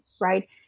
right